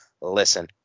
listen